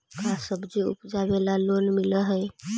का सब्जी उपजाबेला लोन मिलै हई?